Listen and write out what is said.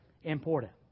important